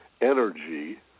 energy